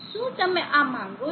શું તમે આ માંગો છો